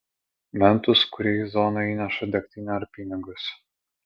mentus kurie į zoną įneša degtinę ar pinigus